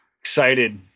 excited